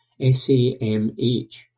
SAMH